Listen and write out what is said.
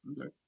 Okay